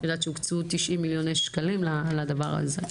אני יודעת שהוקצו 90 מיליוני שקלים לדבר הזה,